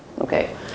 Okay